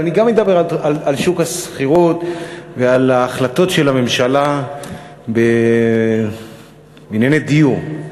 אבל גם אני אדבר על שוק השכירות ועל ההחלטות של הממשלה בענייני דיור.